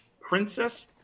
Princess